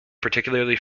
particularly